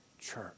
church